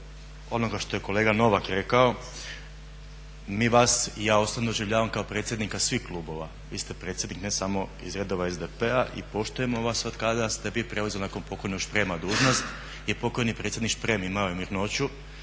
onoga što je kolega Novak rekao, mi vas i ja osobno doživljavam kao predsjednika svih klubova, vi ste predsjednik ne samo iz redova SDP-a i poštujemo od kada ste vi preuzeli nakon pokojnog Šprema dužnost jer pokojni predsjednik Šprem imao je mirnoću